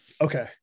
Okay